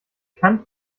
kant